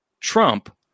Trump